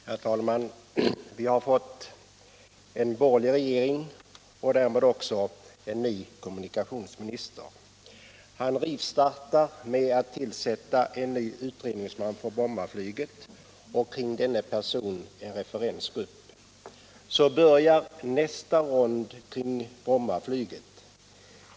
Herr talman! Vi har fått en borgerlig regering och därmed också en ny kommunikationsminister. Han rivstartar med att tillsätta en ny utredningsman för Brommaflyget och kring denna person en referensgrupp. Så börjar nästa rond i frågan om Brommaflyget.